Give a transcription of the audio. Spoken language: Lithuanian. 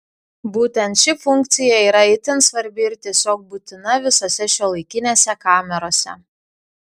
būtent ši funkcija yra itin svarbi ir tiesiog būtina visose šiuolaikinėse kamerose